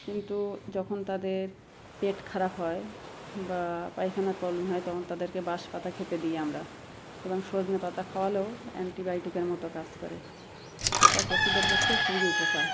কিন্তু যখন তাদের পেট খারাপ হয় বা পায়খানার প্রবলেম হয় তখন তাদেরকে বাঁশ পাতা খেতে দিই আমরা এবং সজনে পাতা খাওয়ালেও অ্যান্টিবায়োটিকের মতো কাজ করে এটা পশুদের পক্ষে খুবই উপকার